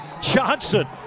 Johnson